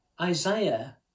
Isaiah